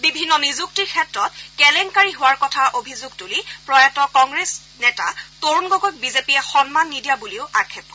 বিভিন্ন নিযুক্তিৰ ক্ষেত্ৰত কেলেংকাৰী হোৱাৰ কথা অভিযোগ তুলি প্ৰয়াত কংগ্ৰেছনেতা তৰুণ গগৈক বিজেপিয়ে সন্মান নিদিয়া বুলিও আক্ষেপ কৰে